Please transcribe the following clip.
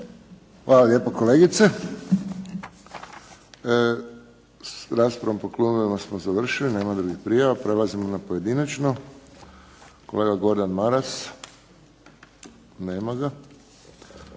Hvala lijepo, kolegice. S raspravom po klubovima smo završili. Nema drugih prijava. Prelazimo na pojedinačno. Kolega Gordan Maras. Nema ga.